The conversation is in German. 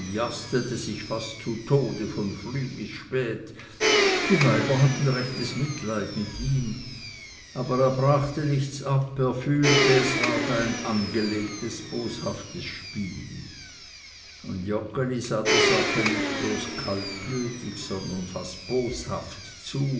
sich fast zu tode von früh bis spät die weiber hatten rechtes mitleid mit ihm aber er brachte nichts ab er fühlte es war da ein angelegtes boshaftes spiel und joggeli sah der sache nicht bloß kaltblütig sondern fast boshaft zu